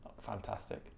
Fantastic